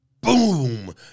boom